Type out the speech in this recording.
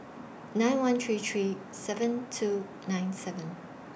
nine one three three seven two nine seven